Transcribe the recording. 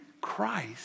Christ